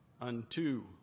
unto